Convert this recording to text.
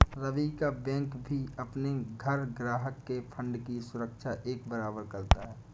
रवि का बैंक भी अपने हर ग्राहक के फण्ड की सुरक्षा एक बराबर करता है